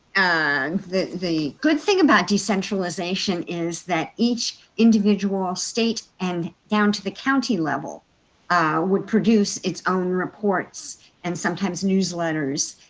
and the the good thing about descentralization is that each individual state and down to the county level would produce its own reports and sometimes newsletters,